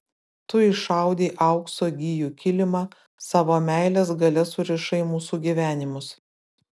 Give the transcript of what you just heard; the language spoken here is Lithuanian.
tu išaudei aukso gijų kilimą savo meilės galia surišai mūsų gyvenimus